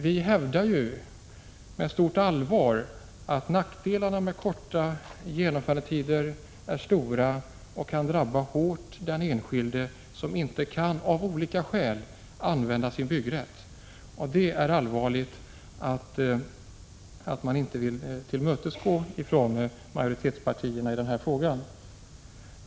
Vi hävdar med mycket stort allvar att nackdelarna med korta genomförandetider är stora och hårt kan drabba den enskilde som av olika skäl inte kan använda sin byggrätt. Det är allvarligt att socialdemokraterna och centern inte vill tillmötesgå oss i denna fråga.